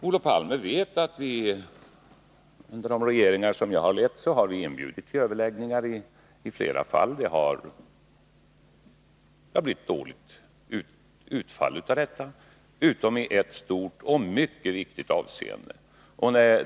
Olof Palme vet att de regeringar som jag har lett har inbjudit till överläggningar i flera fall. Det har blivit dåligt utfall av dessa inbjudningar, utom i ett stort och mycket viktigt avseende.